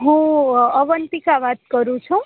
હું અવંતિકા વાત કરું છું